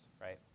right